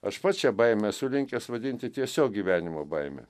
aš pats šią baimę esu linkęs vadinti tiesiog gyvenimo baime